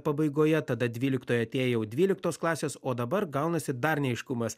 pabaigoje tada dvyliktoj atėję jau dvyliktos klasės o dabar gaunasi dar neaiškumas